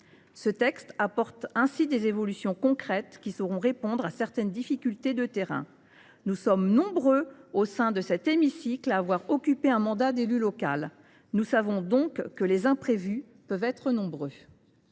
Ce texte apporte ainsi des évolutions concrètes, qui sauront répondre à certaines difficultés de terrain. Nous sommes nombreux, au sein de cet hémicycle, à avoir occupé un mandat d’élu local. Nous savons donc que les imprévus peuvent être nombreux.